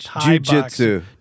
Jiu-jitsu